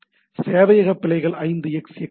சேவையக பிழைகள் 5xx தொடர்